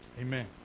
Amen